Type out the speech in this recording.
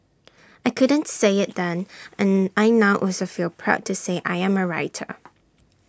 I couldn't say IT then and I now also feel proud to say I am A writer